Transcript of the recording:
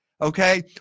Okay